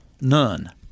none